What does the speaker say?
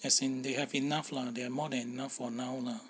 as in they have enough lah they have more than enough for now lah